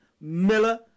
Miller